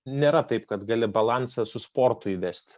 nėra taip kad gali balansą su sportu įvesti